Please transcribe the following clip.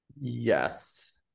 Yes